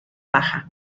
baja